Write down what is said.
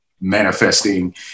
manifesting